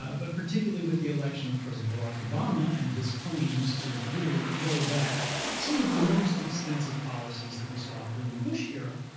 ah but particularly with the election of president barack obama and his claims to really roll back some of the most extensive policies that we saw during the bush era,